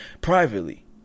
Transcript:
privately